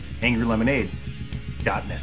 angrylemonade.net